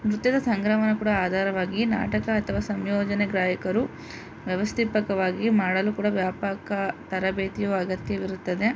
ನೃತ್ಯದ ಸಂಗ್ರಮಣ ಕೂಡ ಆಧಾರವಾಗಿ ನಾಟಕ ಅಥವಾ ಸಂಯೋಜನೆ ವ್ಯವಸ್ಥಿಪಕವಾಗಿ ಮಾಡಲು ಕೂಡ ವ್ಯಾಪಕ ತರಬೇತಿಯೂ ಅಗತ್ಯವಿರುತ್ತದೆ